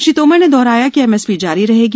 श्री तोमर ने दोहराया कि एमएसपी जारी रहेगी